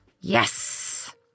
Yes